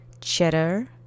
cheddar